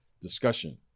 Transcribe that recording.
discussion